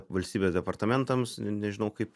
valstybės departamentams nežinau kaip